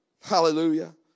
Hallelujah